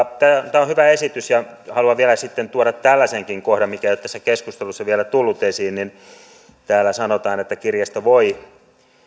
tämä on hyvä esitys ja haluan vielä sitten tuoda tällaisenkin kohdan mikä ei ole tässä keskustelussa vielä tullut esiin täällä sanotaan että kirjasto voi